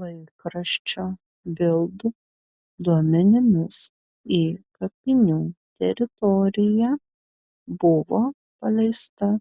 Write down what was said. laikraščio bild duomenimis į kapinių teritoriją buvo paleista